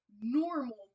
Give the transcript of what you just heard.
Normal